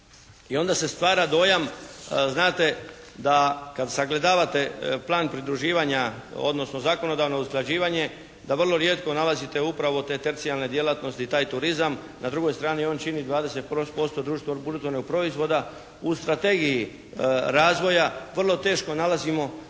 i onda se stvara dojam znate da kad sagledavate plan pridruživanja odnosno zakonodavno usklađivanje da vrlo rijetko nalazite upravo te tercijarne djelatnosti, taj turizam. Na drugoj strani on čini 20% društvenog bruto proizvoda. U strategiji razvoja vrlo teško nalazimo